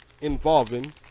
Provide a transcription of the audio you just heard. involving